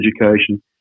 education